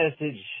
message